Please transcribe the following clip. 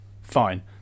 fine